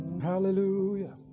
Hallelujah